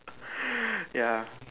ya